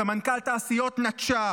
סמנכ"לית תעשיות נטשה,